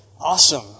Awesome